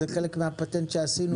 זה חלק מהפטנט שעשינו,